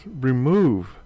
remove